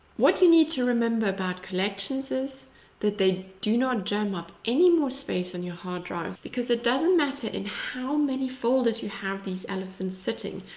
what you need to remember about collections, is that they do not jam up any more space on your hard drives, because it doesn't matter in how many folders you have these elephants sitting.